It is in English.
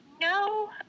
No